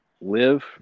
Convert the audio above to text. live